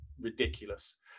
ridiculous